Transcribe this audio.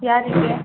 ಯಾರಿಗೆ